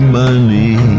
money